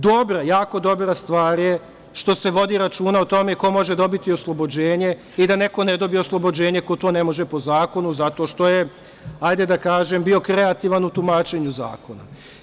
Dobra, jako dobra stvar je što se vodi računa o tome i ko može dobiti oslobođenje, i da neko ne dobije oslobođenje, ko to ne može po zakonu, zato što je, hajde da kažem, bio kreativan u tumačenju zakona.